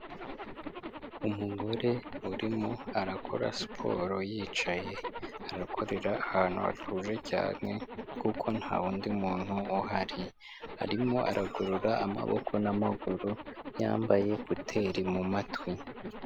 Umugore urimo arakora siporo yicaye, arakorera ahantu hatuje cyane kuko nta wundi muntu uhari. Arimo aragorora amaboko n'amaguru, yambaye kuteri mu matwi.